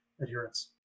adherence